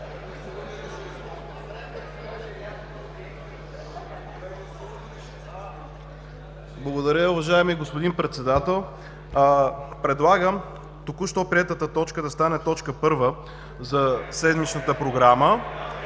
Благодаря Ви, уважаеми господин Председател. Предлагам току-що приетата точка да стане точка първа за седмичната програма